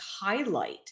highlight